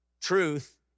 truth